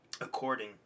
according